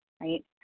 right